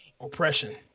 oppression